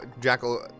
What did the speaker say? jackal